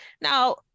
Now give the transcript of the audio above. now